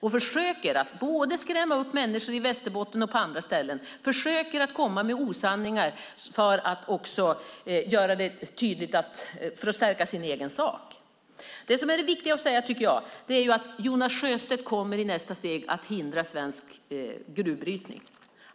Han försöker att både skrämma upp människor i Västerbotten och på andra ställen och att komma med osanningar för att stärka sin egen sak. Det viktiga att säga är att Jonas Sjöstedt i nästa steg kommer att hindra svensk gruvbrytning.